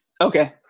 okay